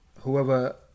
whoever